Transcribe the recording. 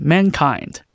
Mankind